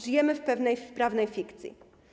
Żyjemy w pewnej prawnej fikcji.